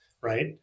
right